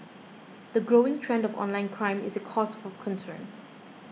the growing trend of online crime is a cause for concern